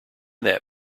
that